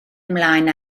ymlaen